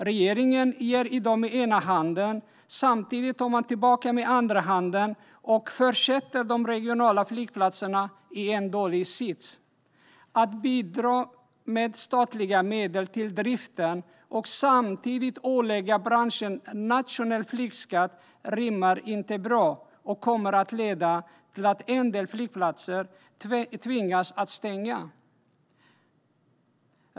Regeringen ger i dag med ena handen och tar samtidigt tillbaka med andra handen och sätter de regionala flygplatserna i en dålig sits. Att bidra med statliga medel till driften och samtidigt ålägga branschen nationell flygskatt rimmar inte bra och kommer att leda till att en del flygplatser tvingas att stänga.